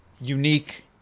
unique